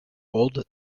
old